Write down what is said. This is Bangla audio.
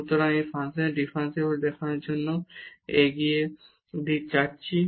সুতরাং এই ফাংশনের ডিফারেনশিবিলিটি দেখানোর জন্য এগিয়ে যাচ্ছি